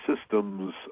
systems